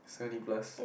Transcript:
seventy plus